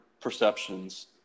perceptions